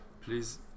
please